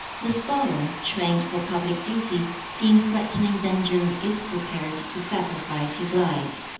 the scholar, trained for public duty, seeing threatening danger, is prepared to sacrifice his life.